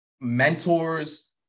mentors